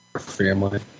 family